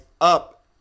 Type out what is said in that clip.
up